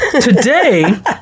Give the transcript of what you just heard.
today